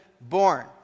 born